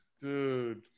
dude